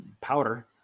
powder